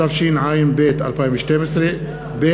התשע"ג 2012, ב.